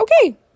okay